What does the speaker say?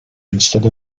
instead